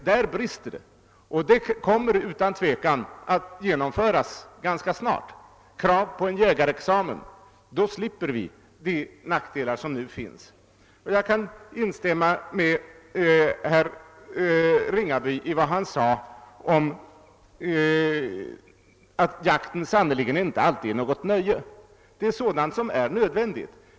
Krav på en jägarexamen kommer utan tvekan att genomföras ganska snart. Då slipper vi de nackdelar som nu finns. Jag kan instämma i vad herr Ringaby sade om att jakten sannerligen inte alltid är något nöje; den är något som är nödvändigt.